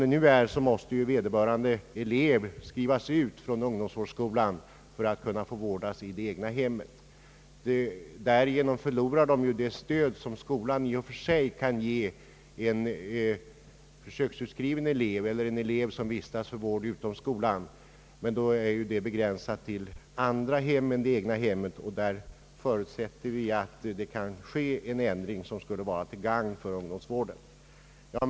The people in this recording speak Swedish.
Enligt nuvarande ordning måste vederbörande elev skrivas ut från ungdomsvårdsskolan för att kunna vårdas i det egna hemmet. Därigenom förlorar eleven det stöd skolan kan ge en försöksutskriven elev eller en elev som vårdas utom skolan i annat hem än det egna. Vi förutsätter att det kan ske en ändring på denna punkt, vilket skulle vara till gagn för ungdomsvården. Herr talman!